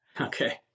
Okay